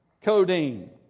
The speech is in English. codeine